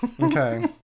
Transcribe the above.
okay